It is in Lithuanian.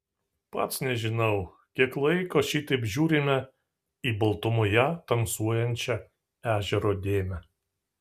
pats nežinau kiek laiko šitaip žiūrime į baltumoje tamsuojančią ežero dėmę